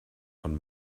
von